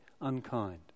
unkind